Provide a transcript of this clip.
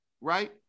right